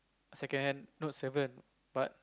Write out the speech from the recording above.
second hand Note-seven but